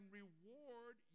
reward